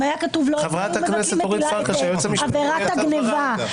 אם היו מבטלים את עבירת הגניבה,